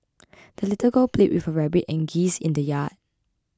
the little girl played with her rabbit and geese in the yard